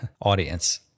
audience